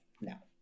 now